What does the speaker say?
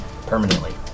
Permanently